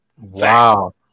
Wow